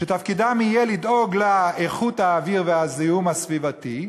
שתפקידם יהיה לדאוג לאיכות האוויר ולזיהום הסביבתי.